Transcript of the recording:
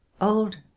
Old